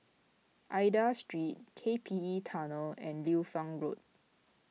Aida Street K P E Tunnel and Liu Fang Road